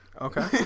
Okay